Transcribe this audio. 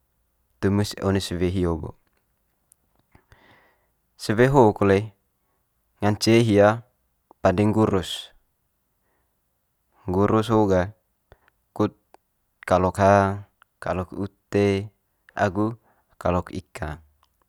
Tumis one sewe hio bo. Sewe ho kole ngance hia pande nggurus, nggurus ho ga kut kalok hang, kalok ute agu kalok ikang.